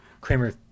Kramer